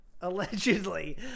Allegedly